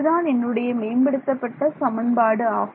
இதுதான் என்னுடைய மேம்படுத்தப்பட்ட சமன்பாடு ஆகும்